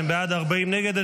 32 בעד, 40 נגד.